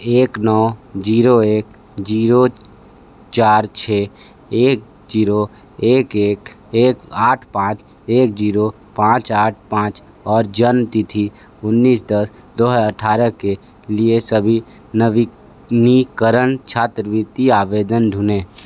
एक नौ ज़ीरो एक ज़ीरो चार छः एक ज़ीरो एक एक एक आठ पाँच एक ज़ीरो पाँच आठ पाँच और जन्मतिथि उन्नीस दस दो हज़ार अट्ठारह के लिए सभी नवीनीकरण छात्रवृति आवेदन ढूँढें